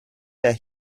der